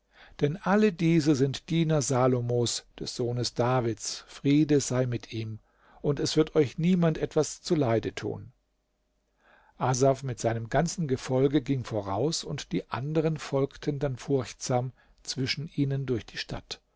denn alle diese sind diener salomos des sohnes davids friede sei mit ihm und es wird euch niemand etwas zuleide tun asaf mit seinem ganzen gefolge ging voraus und die anderen folgten dann furchtsam zwischen ihnen durch die stadt